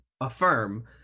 affirm